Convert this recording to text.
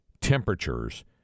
temperatures